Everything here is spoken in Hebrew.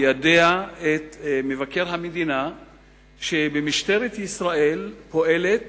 מיידע את מבקר המדינה שבמשטרת ישראל פועלת